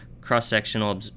cross-sectional